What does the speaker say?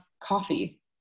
coffee